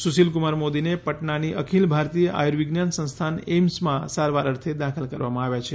સુશીલ ક્રમાર મોદીને પટણાની અખિલ ભારતીય આયુવિજ્ઞાન સંસ્થાન એઇમ્સમાં સારવાર અર્થે દાખલ કરવામાં આવ્યા છે